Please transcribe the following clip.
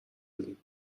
بدیم